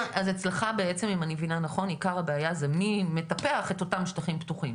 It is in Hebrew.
אצלך בעצם זה מי מטפח את אותם שטחים פתוחים,